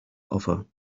offer